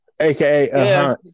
AKA